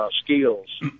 skills